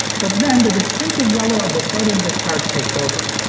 but then the distinctive yellow of the sodium discharge takes over.